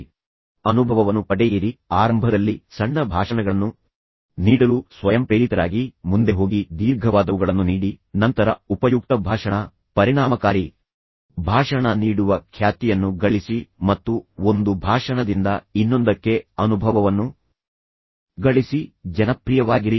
ಮತ್ತು ಕೊನೆಯಲ್ಲಿ ನಾನು ಹೇಳಿದ್ದೇನೆಂದರೆ ಅನುಭವವನ್ನು ಪಡೆಯಿರಿ ಆರಂಭದಲ್ಲಿ ಸಣ್ಣ ಭಾಷಣಗಳನ್ನು ನೀಡಲು ಸ್ವಯಂಪ್ರೇರಿತರಾಗಿ ಮುಂದೆ ಹೋಗಿ ದೀರ್ಘವಾದವುಗಳನ್ನು ನೀಡಿ ನಂತರ ಉಪಯುಕ್ತ ಭಾಷಣ ಪರಿಣಾಮಕಾರಿ ಭಾಷಣ ನೀಡುವ ಖ್ಯಾತಿಯನ್ನು ಗಳಿಸಿ ಮತ್ತು ಒಂದು ಭಾಷಣದಿಂದ ಇನ್ನೊಂದಕ್ಕೆ ಅನುಭವವನ್ನು ಗಳಿಸಿ ಜನಪ್ರಿಯವಾಗಿರಿ